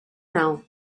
now